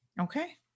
Okay